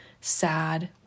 sad